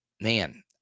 man